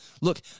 Look